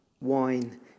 wine